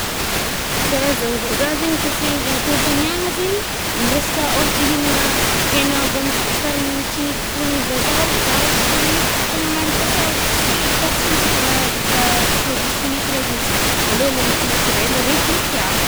Ka raha zah zao, zah zaigny kô segny-kô agnotagniana zaigny amin'ny resaka ôhatry hihinagna hegna avy amy fivokaragny chimique forognin’ny vazah re, zah rô tsy hihinagny eh, tegna mariny satriào tsy zah tsy matoky raha vita produit chimique regny mitsy, alô le nat-naturel regny fô ny tiàko.